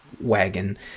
wagon